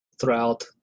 throughout